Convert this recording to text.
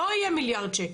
לא יהיה מיליארד שקלים.